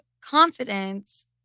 confidence